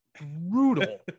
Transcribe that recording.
brutal